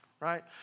right